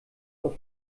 auf